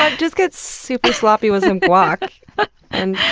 ah just get super sloppy with some guac. and